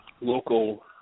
local